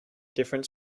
different